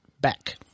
back